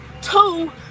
Two